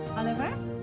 Oliver